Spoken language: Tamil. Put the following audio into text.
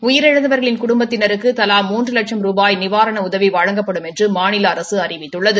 உயிரிழந்தவர்களின் குடும்பத்தினருக்கு தலா மூன்று லட்சம் ரூபாய் நிவாரண உதவி வழங்கப்படும் என்று மாநில அரசு அறிவித்துள்ளது